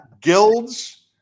guilds